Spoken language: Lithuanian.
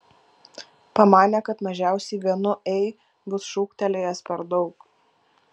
pamanė kad mažiausiai vienu ei bus šūktelėjęs per daug